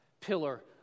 pillar